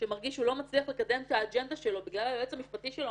שמרגיש שהוא לא מצליח לקדם את האג'נדה שלו בגלל היועץ המשפטי שלו,